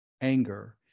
anger